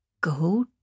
go